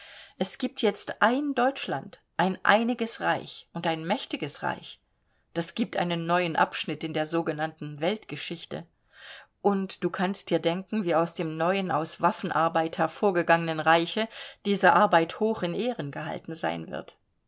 es gibt jetzt ein deutschland ein einiges reich und ein mächtiges reich das gibt einen neuen abschnitt in der sogenannten weltgeschichte und du kannst dir denken wie aus dem neuen aus waffenarbeit hervorgegangenen reiche diese arbeit hoch in ehren gehalten sein wird